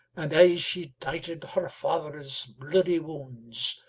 and aye she dighted her father's bloody wounds,